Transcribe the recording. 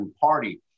party